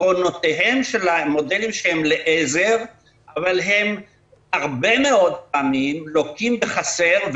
יתרונותיהם של המודלים שהם לעזר אבל הם הרבה מאוד פעמים לוקים בחסר,